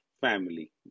family